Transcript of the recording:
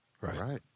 right